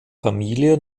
familie